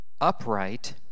upright